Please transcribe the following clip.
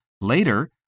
Later